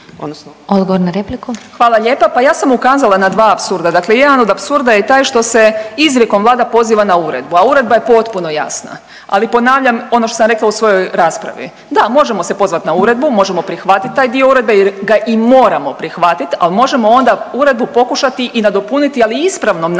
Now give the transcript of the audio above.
Hvala lijepa. Pa ja sam ukazala na dva apsurda. Dakle jedan od apsurda je i taj što se izrijekom Vlada poziva na Uredbu a Uredba je potpuno jasna. Ali ponavljam ono što sam rekla u svojoj raspravi, da možemo se pozvati na Uredbu, možemo prihvatiti taj dio Uredbe jer ga i moramo prihvatiti, ali možemo onda Uredbu pokušati i nadopuniti ali ispravnom namjerom